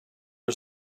was